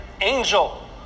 angel